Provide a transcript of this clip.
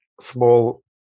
small